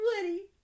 Woody